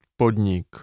Podnik